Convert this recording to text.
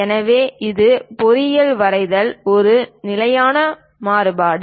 எனவே இது பொறியியல் வரைபடத்தில் ஒரு நிலையான மாநாடு